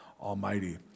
Almighty